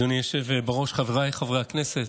אדוני היושב בראש, חבריי חברי הכנסת,